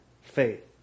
faith